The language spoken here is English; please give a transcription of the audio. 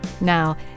Now